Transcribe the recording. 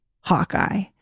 hawkeye